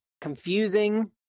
confusing